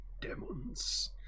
demons